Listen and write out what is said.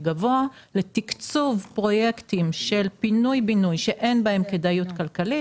גבוה לתקצוב פרויקטים של פינוי-בינוי שאין בהם כדאיות כלכלית.